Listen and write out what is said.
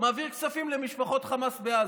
מעביר כספים למשפחות חמאס בעזה?